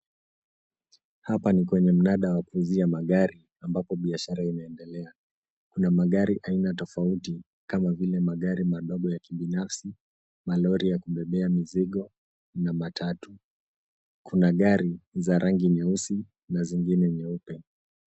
Hapa ni kwenye mnada wa kuuzia magari ambapo biashara inaendelea. Kuna magari aina tofauti kama vile magari madogo ya kibinafsi, malori ya kubebea mizigo na matatu. Kuna gari za rangi nyeusi na zingine nyeupe.